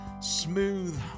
smooth